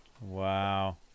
Wow